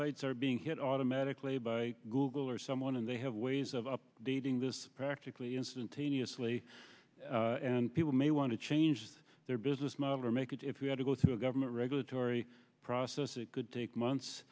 sites are being hit automatically by google or someone and they have ways of updating this practically instantaneously and people may want to change their business model or make it if you had to go through a government regulatory process it could take months